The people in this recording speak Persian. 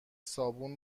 صابون